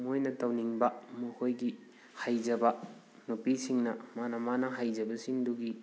ꯃꯣꯏꯅ ꯇꯧꯅꯤꯡꯕ ꯃꯈꯣꯏꯒꯤ ꯍꯩꯖꯕ ꯅꯨꯄꯤꯁꯤꯡꯅ ꯃꯥꯅ ꯃꯥꯅ ꯍꯩꯖꯕꯁꯤꯡꯗꯨꯒꯤ